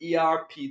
ERP